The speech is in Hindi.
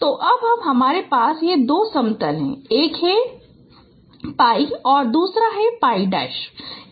तो अब हमारे पास ये दो समतल हैं एक है 𝜋 और दूसरे को 𝜋 कहते हैं